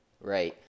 Right